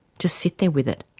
just sit there with it.